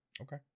Okay